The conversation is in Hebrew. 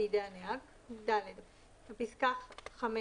בידי הנהג"; בפסקה (5),